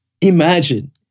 imagine